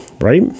right